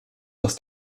aus